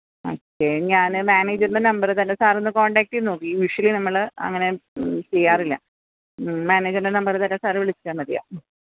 okay ഞാന് മാനേജറിന്റെ number തരാം സാറൊന്ന് കൊണ്ടാക്റ്റ് ചെയ്തുനോക്കൂ യൂഷൊലി നമ്മള് അങ്ങനെ ചെയ്യാറില്ല മാനേജറിന്റെ നമ്പര് തരാം സാര് വിളിച്ചാല് മതി